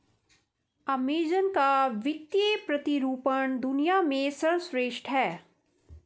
Amazon का वित्तीय प्रतिरूपण दुनिया में सर्वश्रेष्ठ है